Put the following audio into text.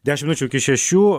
dešimt minučių iki šešių